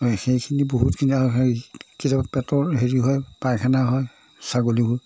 সেইখিনি বহুতখিনি আৰু হেৰি কেতিয়াবা পেটৰ হেৰি হয় পাইখানা হয় ছাগলীবোৰ